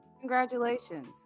Congratulations